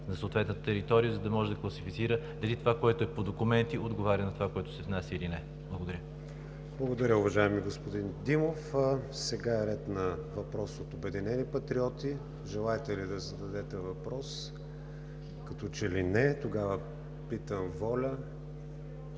на съответната територия, за да може да класифицира дали това, което е по документи, отговаря на това, което се внася, или не. Благодаря. ПРЕДСЕДАТЕЛ КРИСТИАН ВИГЕНИН: Благодаря, уважаеми господин Димов. Сега е ред на въпрос от „Обединени патриоти“. Желаете ли да зададете въпрос? Като че ли не. Тогава питам ВОЛЯ?